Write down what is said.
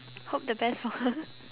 hope the best for her